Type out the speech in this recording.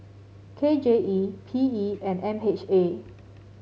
K J E P E and M H A